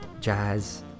jazz